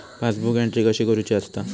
Passbook entry कशी करुची असता?